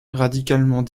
radicalement